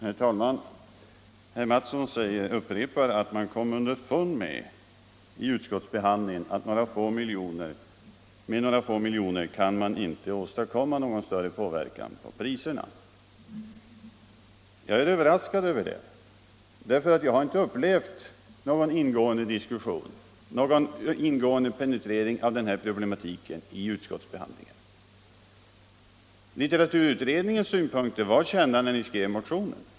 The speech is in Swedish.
Herr talman! Herr Mattsson i Lane-Herrestad upprepar att man vid utskottsbehandlingen kom underfund med att några få miljoner inte kunde ha någon större verkan på priserna. Jag är överraskad över detta. Jag har inte upplevt någon ingående diskussion, någon ingående pene trering av den här problematiken i utskottsbehandlingen. Litteraturutredningens synpunkter var kända när ni skrev motionen.